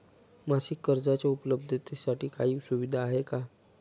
मासिक कर्जाच्या उपलब्धतेसाठी काही सुविधा आहे का?